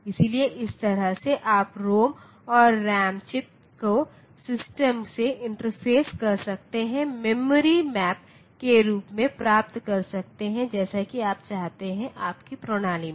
इसलिए इस तरह से आप रोम और रैम चिप्स को सिस्टम से इंटरफ़ेस कर सकते है मेमोरी मैप के रूप में प्राप्त कर सकते हैं जैसा कि आप चाहते हैं आपकी प्रणाली में